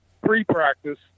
pre-practice